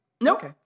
Nope